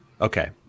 okay